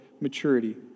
maturity